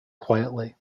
quietly